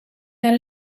that